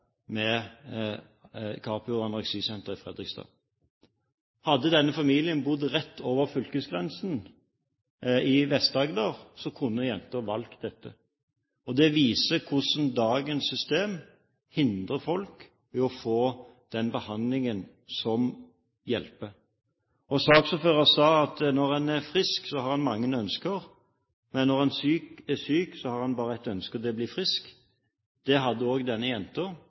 med Capio Anoreksi Senter i Fredrikstad. Hadde denne familien bodd rett over fylkesgrensen, i Vest-Agder, kunne jenta valgt dette. Det viser hvordan dagens system hindrer folk i å få den behandlingen som hjelper. Saksordføreren sa at når en er frisk, har en mange ønsker, men når en er syk, har en bare ett ønske, og det er å bli frisk. Det hadde også denne jenta.